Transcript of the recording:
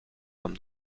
comme